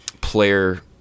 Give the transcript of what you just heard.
player